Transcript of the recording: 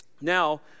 Now